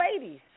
ladies